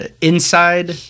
Inside